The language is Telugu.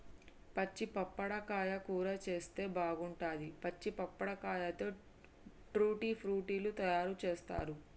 పచ్చి పప్పడకాయ కూర చేస్తే బాగుంటది, పచ్చి పప్పడకాయతో ట్యూటీ ఫ్రూటీ లు తయారు చేస్తారు